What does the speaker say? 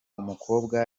umukobwa